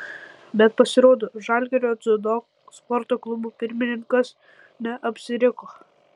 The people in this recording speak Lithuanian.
bet pasirodo žalgirio dziudo sporto klubo pirmininkas neapsiriko